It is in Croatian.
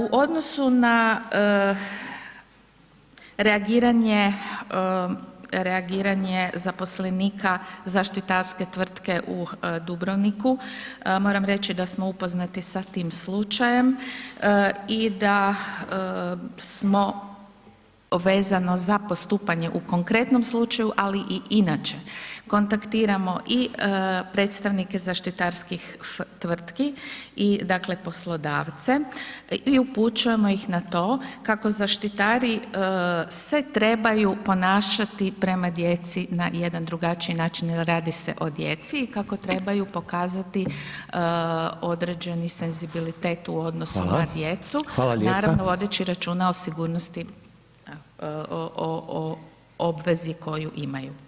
U odnosu na reagiranje zaposlenika zaštitarske tvrtke u Dubrovniku, moram reći da smo upoznati sa tim slučajem i da smo vezano za postupanje u konkretnom slučaju ali i inače kontaktiramo i predstavnike zaštitarskih tvrtki i dakle poslodavce i upućujemo ih na to kako zaštitari se trebaju ponašati prema djeci na jedan drugačiji način jer radi se o djeci i kako trebaju pokazati određeni senzibilitat u odnosu na djecu naravno vodeći računa o sigurnosti, obvezi koju imaju.